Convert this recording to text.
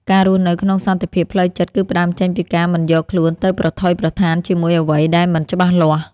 ការរស់នៅក្នុងសន្តិភាពផ្លូវចិត្តគឺផ្ដើមចេញពីការមិនយកខ្លួនទៅប្រថុយប្រថានជាមួយអ្វីដែលមិនច្បាស់លាស់។